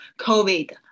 COVID